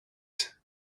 taped